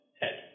head